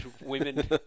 women